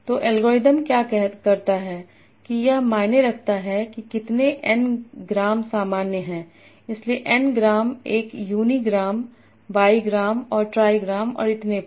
तो एल्गोरिथ्म क्या करता है कि यह मायने रखता है कि कितने एन ग्राम सामान्य हैं इसलिए एन ग्राम एक यूनिग्राम बाई ग्राम और ट्राईग्राम और इतने पर